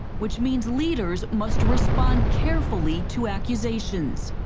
which means leaders must respond carefully to accusations.